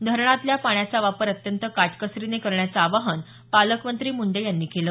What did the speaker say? धरणातल्या पाण्याचा वापर अत्यंत काटकसरीनं करण्याचं आवाहन पालकमंत्री मुंडे यांनी केलं